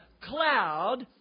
cloud